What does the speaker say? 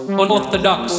unorthodox